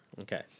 Okay